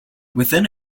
within